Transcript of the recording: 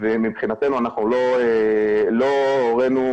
כל רשות צריכה למצוא את הדרך שטובה לה.